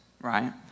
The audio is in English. right